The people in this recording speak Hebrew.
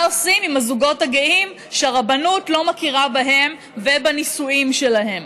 מה עושים עם הזוגות הגאים שהרבנות לא מכירה בהם ובנישואים שלהם?